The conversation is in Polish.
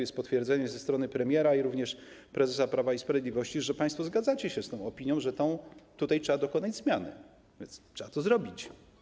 Jest potwierdzenie ze strony premiera i również prezesa Prawa i Sprawiedliwości, że państwo zgadzacie się z tą opinią, że trzeba dokonać zmiany, więc trzeba to zrobić.